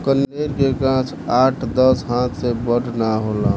कनेर के गाछ आठ दस हाथ से बड़ ना होला